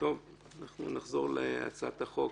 אנחנו נחזור להצעת החוק.